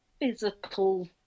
physical